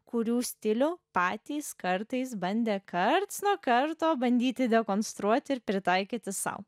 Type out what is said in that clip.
kurių stilių patys kartais bandė karts nuo karto bandyti dekonstruoti ir pritaikyti sau